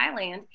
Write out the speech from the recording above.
Thailand